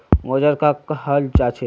औजार कहाँ का हाल जांचें?